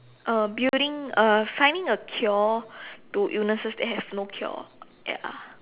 uh building a finding a cure to illnesses that have no cure ya